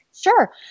Sure